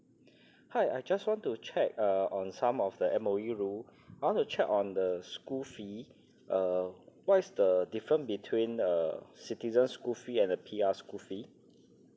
hi I just want to check uh on some of the M_O_E rule I want to check on the school fee uh what's the difference between uh citizens school fee and the P_R school fees